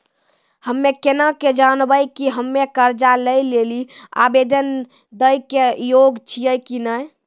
हम्मे केना के जानबै कि हम्मे कर्जा लै लेली आवेदन दै के योग्य छियै कि नै?